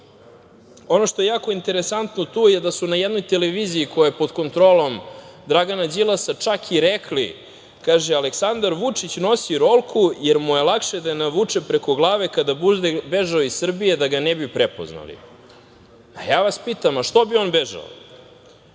što je jako interesantno tu je da su na jednoj televiziji koja je pod kontrolom Dragana Đilasa čak i rekli, kaže – Aleksandar Vučić nosi rolku, jer mu je lakše da je navuče preko glave kada bude bežao iz Srbije, da ga ne bi prepoznali. A ja vas pitam – što bi on bežao?